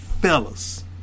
fellas